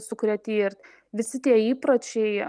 su kurie tie ir visi tie įpročiai